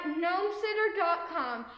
gnomesitter.com